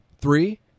Three